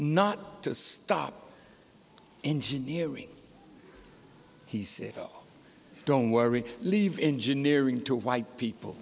not to stop engineering he said don't worry leave engineering to white people